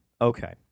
Okay